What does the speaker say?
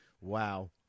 Wow